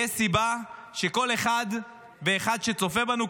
יש סיבה שכל אחד ואחד שצופה בנו,